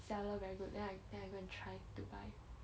seller very good then I then I go and try to buy